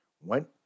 went